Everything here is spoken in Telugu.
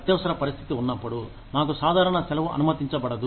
అత్యవసర పరిస్థితి ఉన్నప్పుడు మాకు సాధారణ సెలవు అనుమతించబడదు